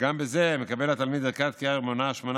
בזה מקבל התלמיד ערכת קריאה המונה שמונה